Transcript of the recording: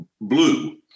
blue